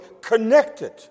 connected